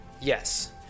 yes